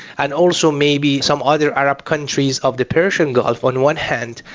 and also maybe some other arab countries of the persian gulf on one hand,